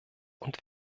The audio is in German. und